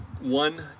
one